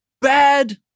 bad